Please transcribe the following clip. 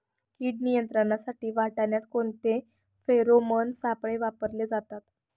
कीड नियंत्रणासाठी वाटाण्यात कोणते फेरोमोन सापळे वापरले जातात?